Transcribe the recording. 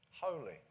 Holy